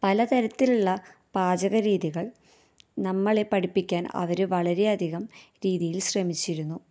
പല തരത്തിലുള്ള പാചക രീതികള് നമ്മളെ പഠിപ്പിക്കാന് അവര് വളരെയധികം രീതിയില് ശ്രമിച്ചിരുന്നു